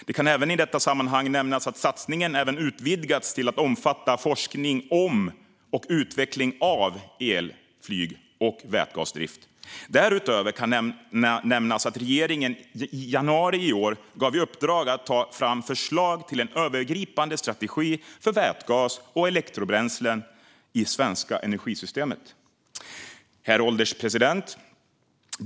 Det kan även i detta sammanhang nämnas att satsningen även utvidgats till att omfatta forskning om och utveckling av elflyg och vätgasdrift. Därutöver kan nämnas att regeringen i januari i år gav i uppdrag att ta fram förslag till en övergripande strategi för vätgas och elektrobränslen i det svenska energisystemet. Herr ålderspresident!